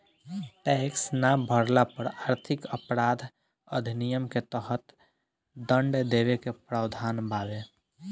tax ना भरला पर आर्थिक अपराध अधिनियम के तहत दंड देवे के प्रावधान बावे